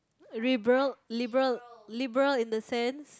liberal liberal liberal in the sense